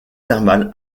thermale